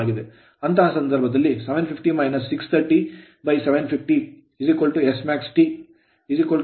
ಅಂತಹ ಸಂದರ್ಭದಲ್ಲಿ 750 - 630750 SmaxT 0